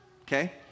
Okay